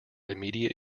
immediate